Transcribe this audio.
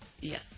Yes